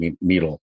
needle